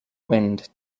wind